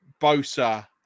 Bosa